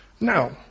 Now